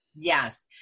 Yes